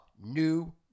New